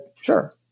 sure